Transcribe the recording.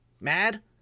mad